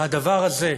והדבר הזה,